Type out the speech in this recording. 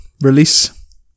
release